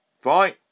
Fine